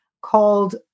called